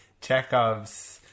Chekhov's